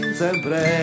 sempre